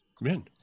Men